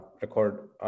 record